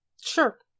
Sure